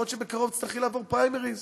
יכול להיות שבקרוב תצטרכי לעבור פריימריז.